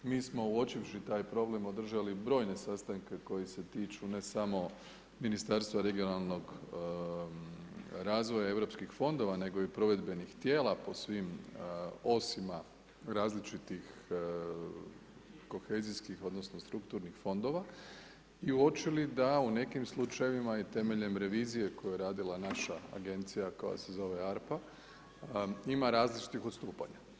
Mi smo uočivši taj problem održali brojne sastanke koji se tiču, ne samo ministarstva regionalnog razvoja i europskih fondova, nego i provedbenih tijela po svim osima različitih kohezijskih, odnosno, strukturnih fondova i uočili da u nekim slučajevima, je temeljem revizije koja je radila naša agencija koja se zove ARPA ima različitih odstupanja.